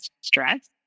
stress